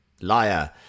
Liar